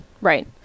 right